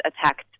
attacked